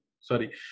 sorry